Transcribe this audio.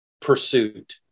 pursuit